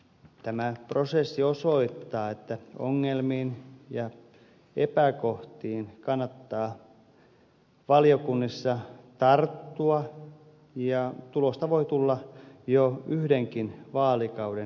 tämä prosessi osoittaa että ongelmiin ja epäkohtiin kannattaa valiokunnissa tarttua ja tulosta voi tulla jo yhdenkin vaalikauden aikana